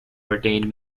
ordained